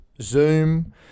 Zoom